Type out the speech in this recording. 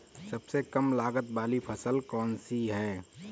सबसे कम लागत वाली फसल कौन सी है?